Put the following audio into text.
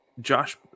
Josh –